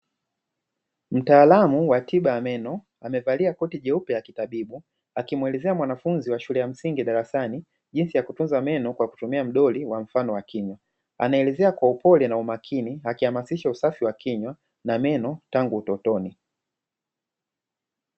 Mtaalamu wa tiba ya meno amevalia koti jeupe la kitabibu akimueleza mwanafunzi wa shule ya msingi darasani jinsi ya kutunza meno kwa kutumia mdoli wa mfano wa kinywa, anaelezea kwa upole na umakini akihamasisha usafi wa kinywa na meno tangu utotoni.